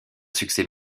succès